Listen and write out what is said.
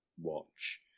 watch